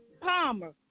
Palmer